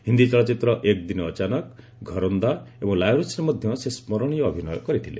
ହିନ୍ଦୀ ଚଳଚ୍ଚିତ୍ର ଏକ୍ ଦିନ ଅଚାନକ ଘରୋନ୍ଦା ଏବଂ ଲାୱାରିସ୍ରେ ମଧ୍ୟ ସେ ସ୍କରଣୀୟ ଅଭିନୟ କରିଥିଲେ